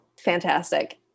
fantastic